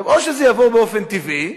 עכשיו, או שזה יעבור באופן טבעי,